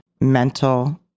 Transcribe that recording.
Mental